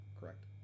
correct